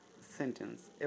sentence